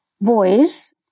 voice